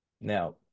Now